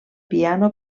piano